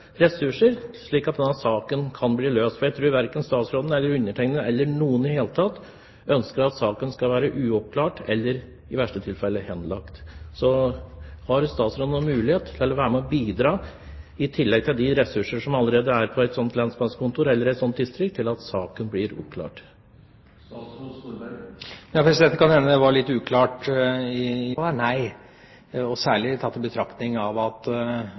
ressurser, slik at denne saken kan bli løst? Jeg tror verken statsråden, undertegnede eller noen i det hele tatt ønsker at saken skal forbli uoppklart, eller i verste tilfelle bli henlagt. Har statsråden noen mulighet til å være med og bidra, i tillegg til de ressurser som allerede er på et slikt lensmannskontor eller i et slikt distrikt, til at saken blir oppklart? Det kan hende jeg var litt uklar i mitt første svar, men svaret på spørsmålet er nei, og særlig tatt i betraktning at politimesteren er såpass tydelig på at